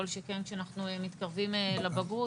כל שכן כשאנחנו מתקרבים לבגרות.